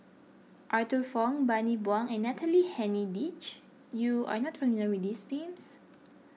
Arthur Fong Bani Buang and Natalie Hennedige you are not familiar with these names